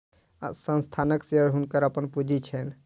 संस्थानक शेयर हुनकर अपन पूंजी छैन